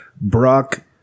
Brock